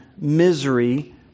misery